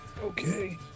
Okay